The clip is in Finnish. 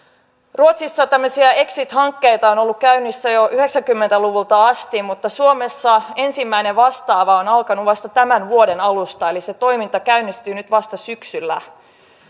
ruotsissa tämmöisiä exit hankkeita on ollut käynnissä jo yhdeksänkymmentä luvulta asti mutta suomessa ensimmäinen vastaava on alkanut vasta tämän vuoden alusta eli se toiminta käynnistyy nyt vasta syksyllä